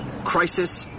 crisis